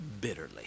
bitterly